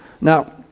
Now